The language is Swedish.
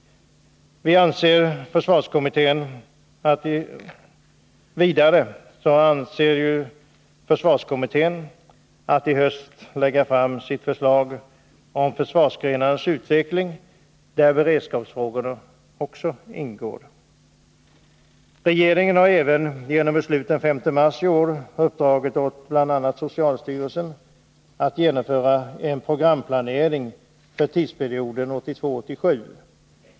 Vidare avser försvarskommittén att i höst lägga fram förslag om försvarsgrenarnas utveckling, och där ingår också beredskapsfrågorna. Regeringen har även genom beslut den 5 mars i år uppdragit åt bl.a. socialstyrelsen att genomföra en programplanering för tidsperioden 1982-1987.